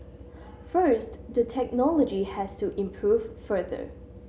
first the technology has to improve further